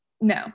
No